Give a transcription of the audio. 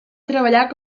treballar